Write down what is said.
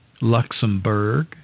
Luxembourg